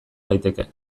daiteke